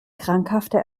krankhafte